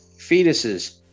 fetuses